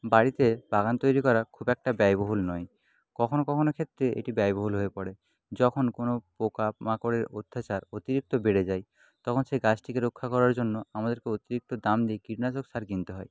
বাড়িতে বাগান তৈরি করা খুব একটা ব্যয়বহুল নয় কখনো কখনো ক্ষেত্রে এটি ব্যয়বহুল হয়ে পরে যখন কোন পোকামাকড়ের অত্যাচার অতিরিক্ত বেড়ে যায় তখন সে গাছটিকে রক্ষা করার জন্য আমাদেরকে অতিরিক্ত দাম দিয়ে কীটনাশক সার কিনতে হয়